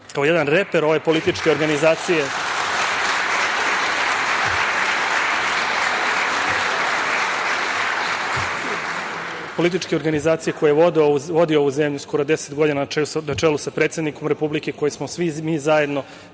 kao jedan reper ove političke organizacije koja vodi ovu zemlju skoro deset godina na čelu sa predsednikom Republike, koje smo svi mi zajedno